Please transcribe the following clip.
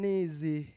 easy